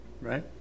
Right